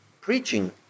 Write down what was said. preaching